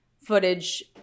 footage